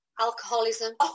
Alcoholism